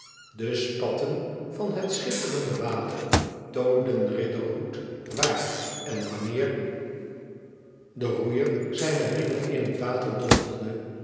de spatten van het schitterende water toonden riderhood waar en wanneer de roeier zijne riemen in het water dompelde